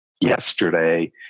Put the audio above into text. yesterday